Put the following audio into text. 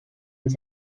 els